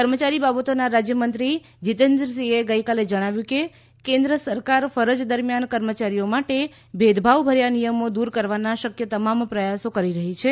કર્મચારી બાબતોના રાજયમંત્રી જીતેન્દ્રસીંહે ગઇકાલે જણાવ્યું કે કેન્દ્ર સરકાર ફરજ દરમિયાન કર્મચારીઓ માટે ભેદભાવભર્યા નિયમો દુર કરવાના શકથ તમામ પ્રયાસો કરી રહી છે